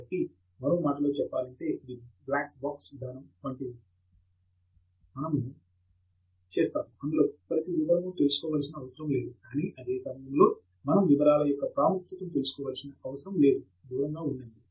కాబట్టి మరో మాటలో చెప్పాలంటే ఇది బ్లాక్ బాక్స్ విధానం వంటిది ఉంది మనము చేస్తాము అందులోని ప్రతి వివరము తెలుసుకోవలసిన అవసరం లేదు కానీ అదే సమయంలో మనం వివరాల యొక్క ప్రాముఖ్యతను తెలుసుకోవలసిన అవసరం లేదు దూరంగా ఉంచండి